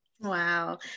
wow